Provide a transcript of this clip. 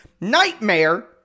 nightmare